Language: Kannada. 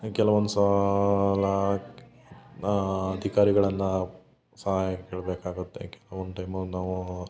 ಕೆಲವೊಂದ್ಸಲ ನಾ ಅಧಿಕಾರಿಗಳನ್ನ ಸಹಾಯ ಕೇಳಬೇಕಾಗುತ್ತೆ ಕೆಲ್ವೊಂದು ಟೈಮು ನಾವು